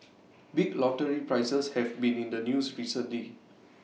big lottery prizes have been in the news recently